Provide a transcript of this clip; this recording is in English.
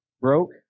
broke